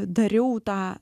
dariau tą